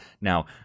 Now